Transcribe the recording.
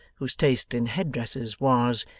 whose taste in head-dresses was,